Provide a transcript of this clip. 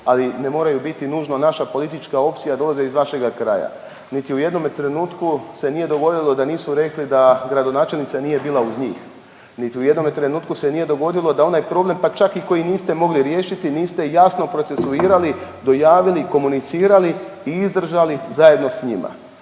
ali ne moraju biti nužno naša politička opcija, a dolaze iz vašega kraja. Niti u jednome trenutku se nije dogodilo da nisu rekli da gradonačelnica nije bila uz njih. Niti u jednome trenutku se nije dogodilo da onaj problem pa čak i koji niste mogli riješiti niste jasno procesuirali, dojavili, komunicirali i izdržali zajedno s njima.